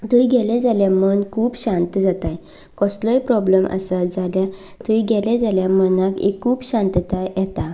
थंय गेलें जाल्यार मन खूब शांत जाता कसलोय प्रोब्लम आसा जाल्यार थंय गेलें जाल्यार मनाक एक खूब शांतताय येता